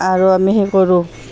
আৰু আমি সেই কৰোঁ